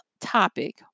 topic